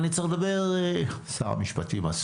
אני צריך לדבר עם שר המשפטים.